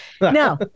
no